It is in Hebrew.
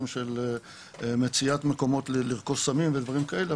של מציאת מקומות לרכוש סמים ודברים כאלה,